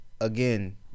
again